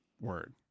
word